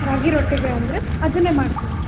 ರಾಗಿ ರೊಟ್ಟಿಗೆ ಅಂದರೆ ಅದನ್ನೇ ಮಾಡ್ತೀವಿ